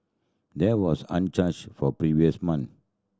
there was uncharged for previous month